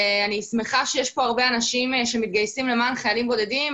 אני שמחה שיש כאן הרבה אנשים שמתגייסים למען חיילים בודדים,